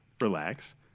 Relax